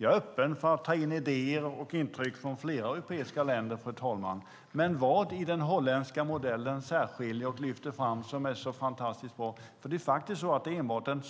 Jag är öppen för att ta in idéer och intryck från flera europeiska länder, fru talman. Men vad är det i den holländska modellen som särskiljer och lyfter fram som är så fantastiskt bra? Det är enbart den